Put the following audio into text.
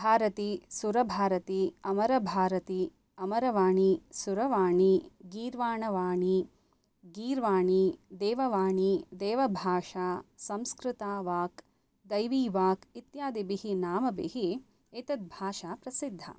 भारती सुरभारती अमरभारती अवरवाणी सुरवाणी गीर्वाणवाणी गीर्वाणी देववाणी देवभाषा संस्कृता वाक् दैवीवाक् इत्यादिभिः नामभिः एतद्भाषा प्रसिद्धा